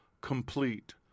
complete